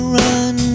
run